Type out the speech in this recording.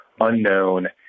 unknown